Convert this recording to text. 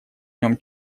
нем